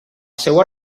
seua